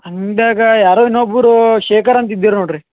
ಅಂಗಡಿಯಾಗ ಯಾರೋ ಇನ್ನೊಬ್ಬರು ಶೇಖರ್ ಅಂತ ಇದ್ದೀರು ನೋಡ್ರಿ